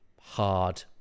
hard